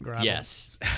yes